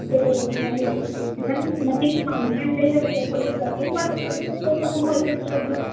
ꯀꯩꯗꯧꯕꯒꯤ ꯃꯑꯣꯡꯁꯨ ꯈꯤꯇꯪ ꯃꯇꯦꯡ ꯄꯥꯡꯅꯤꯡꯉꯥꯏ ꯂꯩꯔꯒ ꯈꯣꯠꯂꯒ